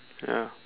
ya